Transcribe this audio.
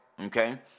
Okay